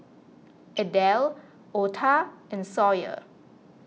Adel Ota and Sawyer